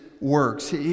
works